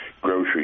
groceries